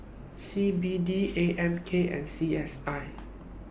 C B D A M K and C S I